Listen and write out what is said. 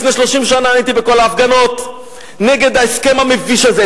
לפני 30 שנה הייתי בכל ההפגנות נגד ההסכם המביש הזה,